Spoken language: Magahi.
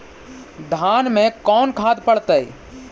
धान मे कोन खाद पड़तै?